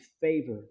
favor